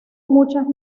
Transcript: muchas